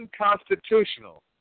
unconstitutional